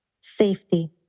Safety